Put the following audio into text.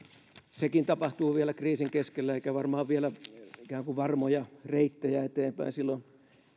sekin tapahtuu vielä kriisin keskellä eikä varmaan ikään kuin varmoja reittejä eteenpäin vielä silloin